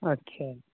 ᱟᱪᱪᱷᱟ